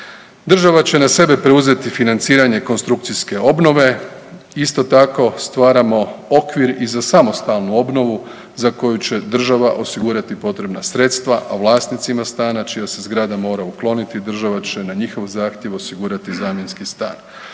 Država će na sebe preuzeti financiranje konstrukcijske obnove, isto tako stvaramo okvir i za samostalnu obnovu za koju će država osigurati potrebna sredstva a vlasnicima stana čija se zgrada mora ukloniti, država će na njihov zahtjev osigurati zamjenski stan.